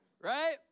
right